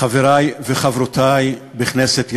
חברי וחברותי בכנסת ישראל,